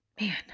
Man